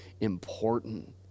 important